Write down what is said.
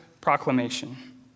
proclamation